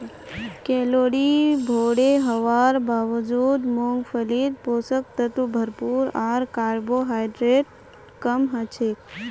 calorie भोरे हवार बावजूद मूंगफलीत पोषक तत्व भरपूर आर कार्बोहाइड्रेट कम हछेक